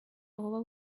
over